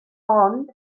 ond